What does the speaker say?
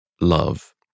love